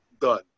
done